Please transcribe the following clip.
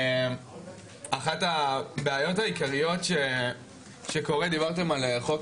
אחת הבעיות העיקריות שקורה, דיברתם על חוק